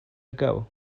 ago